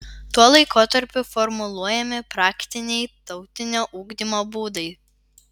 tuo laikotarpiu formuluojami praktiniai tautinio ugdymo būdai